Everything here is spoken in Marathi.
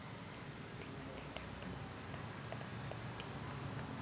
शेतामंदी ट्रॅक्टर रोटावेटर मारनं ठीक हाये का?